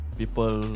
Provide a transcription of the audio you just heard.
people